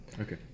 Okay